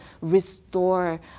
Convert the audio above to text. restore